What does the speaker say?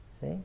See